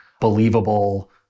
Believable